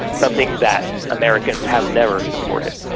something that americans have never supported.